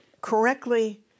correctly